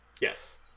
Yes